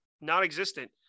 non-existent